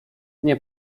nie